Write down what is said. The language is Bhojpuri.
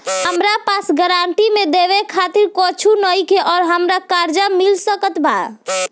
हमरा पास गारंटी मे देवे खातिर कुछूओ नईखे और हमरा कर्जा मिल सकत बा?